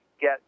get